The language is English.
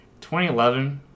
2011